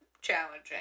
challenging